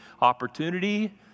opportunity